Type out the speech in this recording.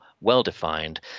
well-defined